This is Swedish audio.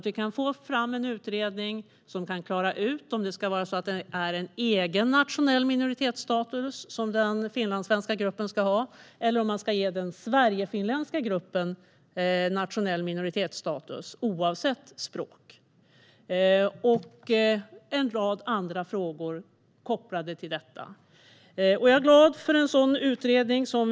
Vi kan få fram en utredning som kan klara ut om den finlandssvenska gruppen ska ha en egen nationell minoritetsstatus eller om man ska ge den sverigefinländska gruppen nationell minoritetsstatus, oavsett språk, samt en rad andra frågor kopplade till detta. Jag är glad för utredningen.